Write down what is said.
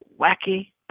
wacky